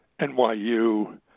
NYU